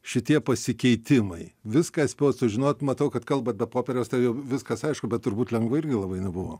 šitie pasikeitimai viską spėjot sužinot matau kad kalbat be popieriaus tai jau viskas aišku bet turbūt lengva irgi labai nebuvo